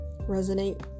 resonate